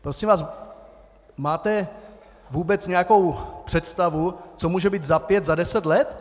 Prosím vás, máte vůbec nějakou představu, co může být za pět, za deset let?